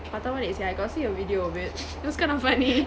patah balik sia I got see a video of it it was kind of funny